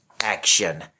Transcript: action